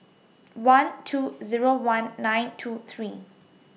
one two Zero one nine two three